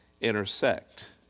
intersect